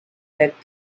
that